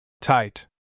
tight